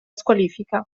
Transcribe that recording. squalifica